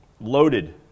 Loaded